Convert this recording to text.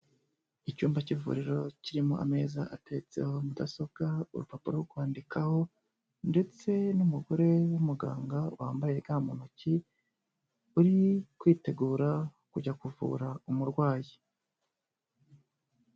Icyumba cy'ivuriro kirimo ameza ateretseho mudasobwa, urupapuro rwo kwandikaho, ndetse n'umugore w'umuganga wambaye ga mu ntoki, uri kwitegura kujya kuvura umurwayi.